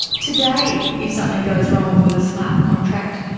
today if something goes wrong with a smart contract,